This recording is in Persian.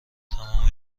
تمام